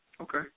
Okay